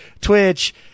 Twitch